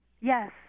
Yes